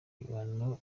ibihano